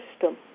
system